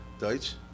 Deutsch